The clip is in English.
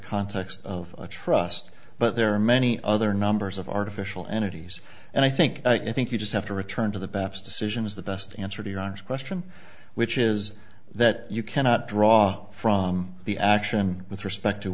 context of a trust but there are many other numbers of artificial entity yes and i think i think you just have to return to the baps decision is the best answer to your honest question which is that you cannot draw from the action with respect to